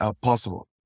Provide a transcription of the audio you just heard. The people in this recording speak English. possible